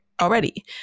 already